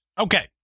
Okay